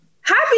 Happy